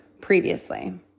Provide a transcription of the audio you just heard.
previously